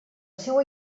seua